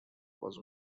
was